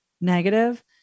negative